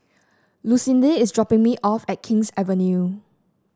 lucindy is dropping me off at King's Avenue